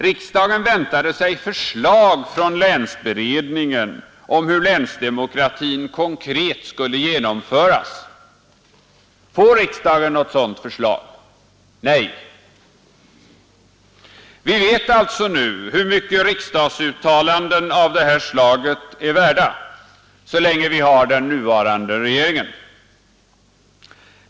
Riksdagen väntade sig förslag från länsberedningen om hur länsdemokratin konkret skulle genomföras. Får riksdagen något sådant förslag? Nej! Vi vet alltså nu hur mycket riksdagsuttalanden av det här slaget är värda så länge vi har den nuvarande regeringen.